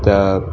त